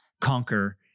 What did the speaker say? conquer